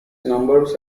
numbers